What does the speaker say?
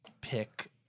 pick